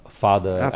father